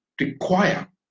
require